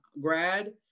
grad